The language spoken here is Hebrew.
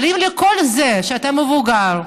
אבל אם על זה שאתה מבוגר,